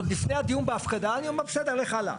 עוד לפני דיון בהפקדה אני אומר בסדר לך על זה.